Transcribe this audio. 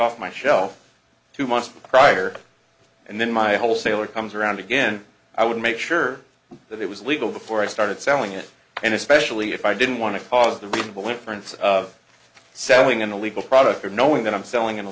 off my shelf two months prior and then my wholesaler comes around again i would make sure that it was legal before i started selling it and especially if i didn't want to cause the reasonable inference of selling a legal product or knowing that i'm selling